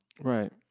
right